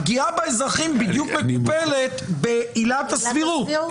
הפגיעה באזרחים בדיוק מקופלת בעילת הסבירות.